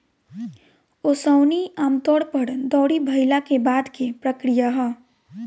ओसवनी आमतौर पर दौरी भईला के बाद के प्रक्रिया ह